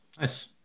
Nice